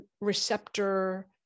receptor